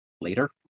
later